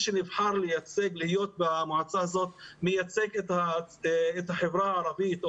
שנבחר לייצג ולהיות במועצה הזאת מייצג את החברה הערבית או